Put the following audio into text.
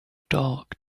talk